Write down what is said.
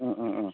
ꯎꯝ ꯎꯝ ꯎꯝ